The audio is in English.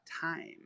time